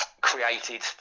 created